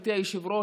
גברתי היושבת-ראש,